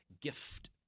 gift